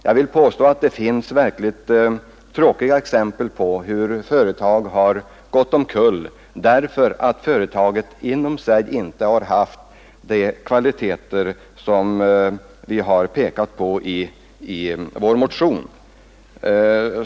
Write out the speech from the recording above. Jag vill påstå att det finns verkligt tråkiga exempel på hur företag har gått omkull därför att företaget inom sig inte har haft de kvaliteter som vi har pekat på i vår motion.